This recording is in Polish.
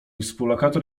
współlokator